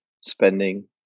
spending